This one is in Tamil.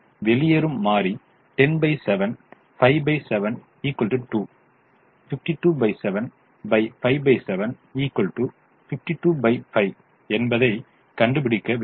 இப்போது வெளியேறும் மாறி 107 57 2 527 57 525 என்பதை கண்டுபிடிக்க வேண்டும்